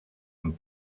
und